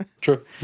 True